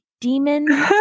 demon